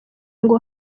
ngo